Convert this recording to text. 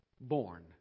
born